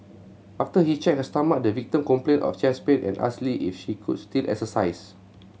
after he checked her stomach the victim complained of chest pain and asked Lee if she could still exercise